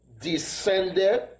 descended